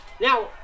Now